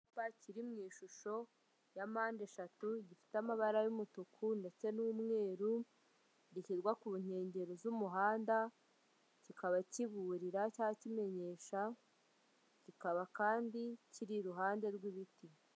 Icyapa kiri mu ishusho ya mpande eshatu, gifite amabara y'umutuku ndetse n'umweru, gishyirwa ku nkengero z'umuhanda, kikaba kiburira cyangwa kimenyesha, kikaba kandi kiri iruhande rw'ibiti.